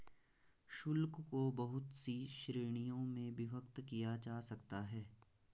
शुल्क को बहुत सी श्रीणियों में विभक्त किया जा सकता है